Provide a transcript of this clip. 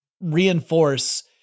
reinforce